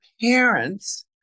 parents